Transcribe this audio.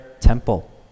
temple